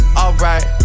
alright